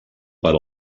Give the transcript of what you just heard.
per